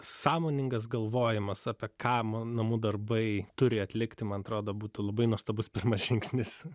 sąmoningas galvojimas apie ką man namų darbai turi atlikti man atrodo būtų labai nuostabus pirmas žingsnis